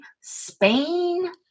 Spain